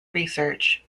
research